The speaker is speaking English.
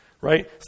right